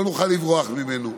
לא נוכל לברוח ממנו.